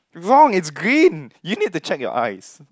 wrong it's green you need to check your eyes